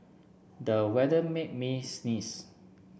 the weather made me sneeze